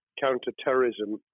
counter-terrorism